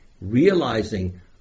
realizing